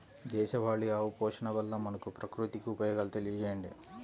దేశవాళీ ఆవు పోషణ వల్ల మనకు, ప్రకృతికి ఉపయోగాలు తెలియచేయండి?